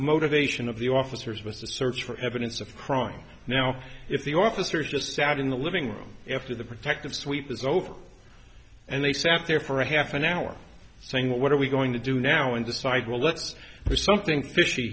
motivation of the officers with the search for evidence of crime now if the officers just sat in the living room after the protective sweep was over and they sat there for a half an hour saying what are we going to do now and decide well let's do something fishy